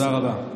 תודה רבה.